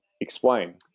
explain